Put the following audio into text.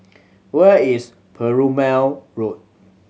where is Perumal Road